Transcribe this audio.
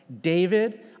David